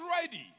ready